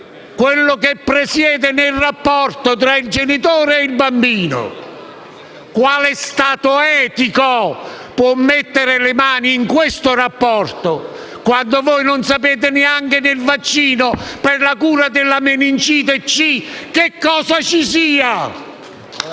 quello che presiede nel rapporto tra il genitore e il bambino: quale Stato etico può mettere le mani in questo rapporto, quando voi non sapete neanche che cosa ci sia nel vaccino per la cura della meningite C? Voi non